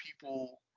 people